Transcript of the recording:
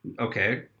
Okay